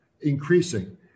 increasing